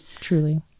truly